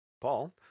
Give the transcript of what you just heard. Paul